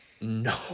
no